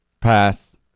Pass